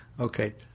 okay